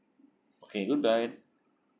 okay goodbye